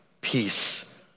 peace